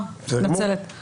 מתנצלת.